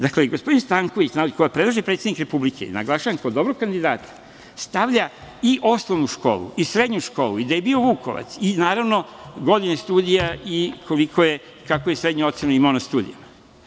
Dakle, gospodin Stanković, koga predlaže predsednik Republike, naglašavam kao dobrog kandidata, stavlja i osnovnu školu, i srednju školu, i da je bio Vukovac, i naravno, godine studija i koju je srednju ocenu imao na studijama.